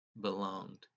belonged